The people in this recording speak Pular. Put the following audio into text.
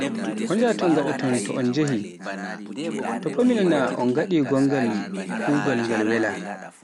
Ko njaaton ngatton so on jehi, tofa mi nana ngaɗi gongal kugal ngal wela.